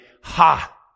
Ha